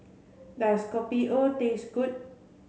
does Kopi O taste good